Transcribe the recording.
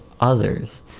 others